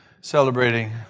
celebrating